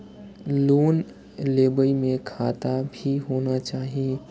Loan लेबे में खाता भी होना चाहि?